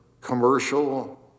commercial